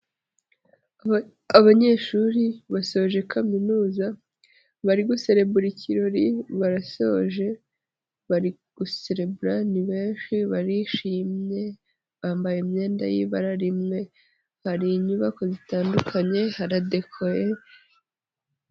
Abanyeshuri basoje kaminuza bari guserebura ikirori barasoje bari guserebura ni benshi barishimye, bambaye imyenda y'ibara rimwe hari inyubako zitandukanye haradekoye.